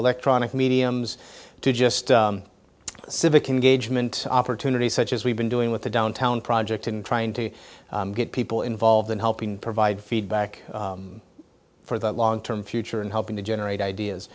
electronic mediums to just civic engagement opportunities such as we've been doing with the downtown project and trying to get people involved in helping provide feedback for the long term future and helping to generate ideas